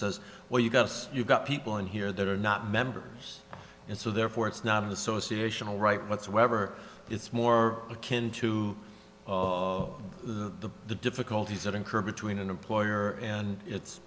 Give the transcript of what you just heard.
says well you got us you've got people in here that are not members and so therefore it's not an association all right whatsoever it's more akin to the the difficulties that incurred between an employer and it